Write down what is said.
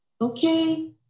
Okay